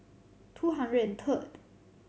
two hundred and